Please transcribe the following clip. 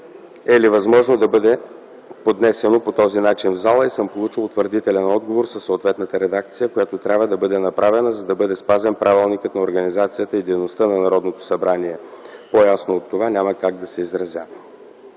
е ли възможно това да бъде поднесено по този начин в зала и съм получил утвърдителен отговор със съответната редакция, която трябва да бъде направена, за да бъде спазен Правилникът за организацията и дейността на Народното събрание. По-ясно от това няма как да се изразя.”